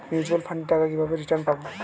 Mutual ফান্ডের টাকা কিভাবে রিটার্ন পাব?